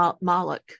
Malik